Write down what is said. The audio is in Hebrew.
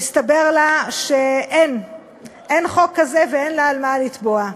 והסתבר לה שאין חוק כזה ואין לה על מה לתבוע.